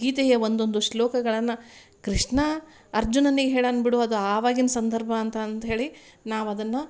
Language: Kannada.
ಗೀತೆಯ ಒಂದೊಂದು ಶ್ಲೋಕಗಳನ್ನು ಕೃಷ್ಣ ಅರ್ಜುನನಿಗೆ ಹೇಳಿದ್ದಾನೆ ಬಿಡು ಅದು ಆವಾಗಿನ ಸಂದರ್ಭ ಅಂತ ಅಂತ ಹೇಳಿ ನಾವು ಅದನ್ನು